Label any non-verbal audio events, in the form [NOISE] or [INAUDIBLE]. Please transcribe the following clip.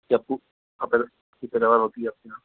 या [UNINTELLIGIBLE] की तरह और होती है आपके यहाँ